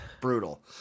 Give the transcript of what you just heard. brutal